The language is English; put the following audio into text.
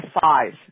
five